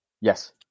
yes